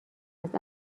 است